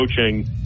coaching